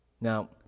Now